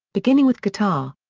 beginning with guitar.